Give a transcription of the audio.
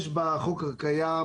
יש בחוק הקיים,